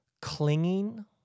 Clinging